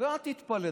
ואל תתפלא.